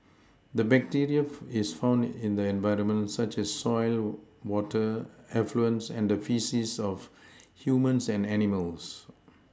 the bacteria is found in the environment such as soil water effluents and the faeces of humans and animals